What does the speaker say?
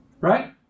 Right